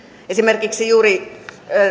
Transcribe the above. esimerkiksi juuri